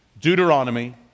Deuteronomy